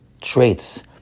traits